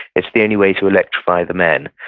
it's the only way to electrify the men.